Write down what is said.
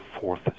fourth